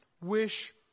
wish